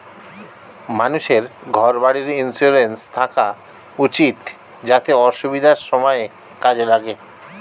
মানুষের ঘর বাড়ির ইন্সুরেন্স থাকা উচিত যাতে অসুবিধার সময়ে কাজে লাগে